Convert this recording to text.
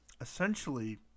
essentially